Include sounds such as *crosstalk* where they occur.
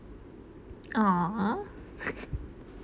!aww! *laughs*